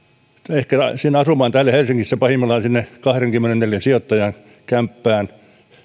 ehkä asumaan täällä helsingissä pahimmillaan sinne sijoittajan kahdenkymmenen neliön kämppään